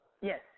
Yes